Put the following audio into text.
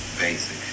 basic